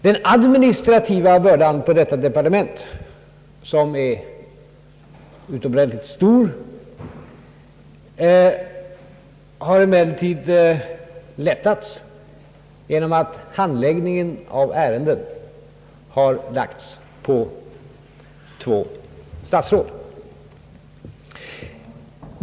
Den administrativa bördan på detta departement — som är utomordentligt stor — har emellertid lättats genom att två statsråd skall handlägga ärendena.